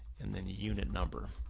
and then unit number.